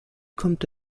kommt